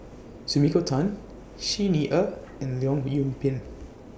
Sumiko Tan Xi Ni Er and Leong Yoon Pin